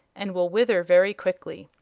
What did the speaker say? and will wither very quickly.